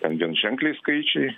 ten vienženkliai skaičiai